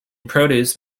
produce